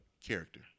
character